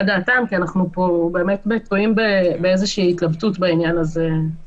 אנחנו באמת באיזושהי התלבטות בעניין הזה.